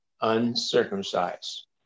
uncircumcised